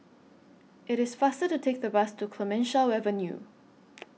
IT IS faster to Take The Bus to Clemenceau Avenue